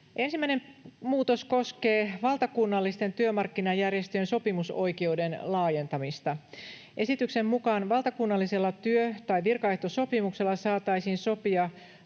Ensimmäinen muutos koskee valtakunnallisten työmarkkinajärjestöjen sopimusoikeuden laajentamista. Esityksen mukaan valtakunnallisella työ- tai virkaehtosopimuksella saataisiin sopia